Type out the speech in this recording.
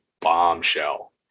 bombshell